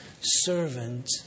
servant